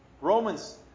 Romans